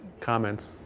comments.